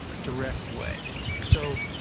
ah direct way so,